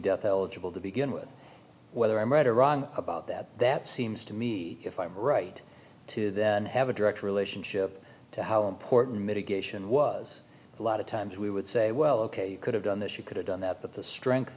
death eligible to begin with whether i'm right or wrong about that that seems to me if i'm right to then have a direct relationship to how important mitigation was a lot of times we would say well ok you could have done this you could have done that but the strength